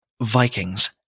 VIKINGS